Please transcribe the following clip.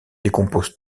décompose